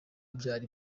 byari